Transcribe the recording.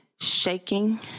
shaking